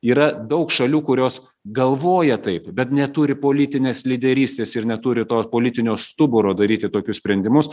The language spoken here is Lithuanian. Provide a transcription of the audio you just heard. yra daug šalių kurios galvoja taip bet neturi politinės lyderystės ir neturi to politinio stuburo daryti tokius sprendimus